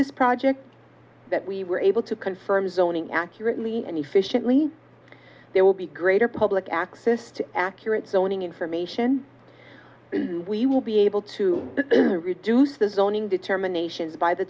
this project that we were able to confirm zoning accurately and efficiently there will be greater public access to accurate zoning information we will be able to reduce the zoning determinations by the